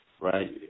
right